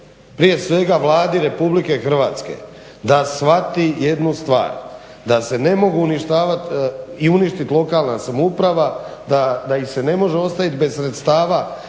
prije svega Vladi RH da shvati jednu stvar da se ne mogu uništavati i uništiti lokalna samouprava, da ih se ne može ostaviti bez sredstava